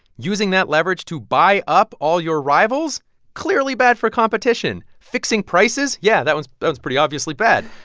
using that leverage to buy up all your rivals clearly bad for competition. fixing prices yeah, that one's that one's pretty obviously bad.